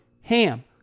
HAM